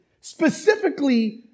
specifically